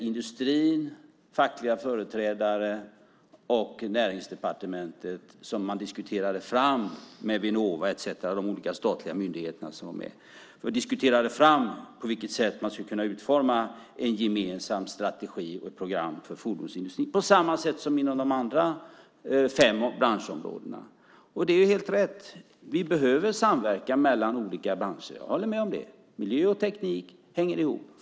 Industrin, de fackliga företrädarna och Näringsdepartementet diskuterade tillsammans med Vinnova och de andra statliga myndigheter som var med på vilket sätt man skulle kunna utforma en gemensam strategi och ett program för fordonsindustrin, på samma sätt som inom de andra fem branschområdena. Det är helt rätt att vi behöver samverkan mellan olika branscher. Jag håller med om det. Miljö och teknik hänger ihop.